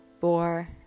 four